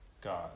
God